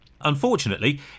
Unfortunately